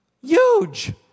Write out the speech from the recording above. Huge